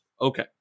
Okay